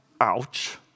Ouch